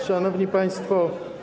Szanowni Państwo!